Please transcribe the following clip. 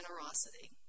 generosity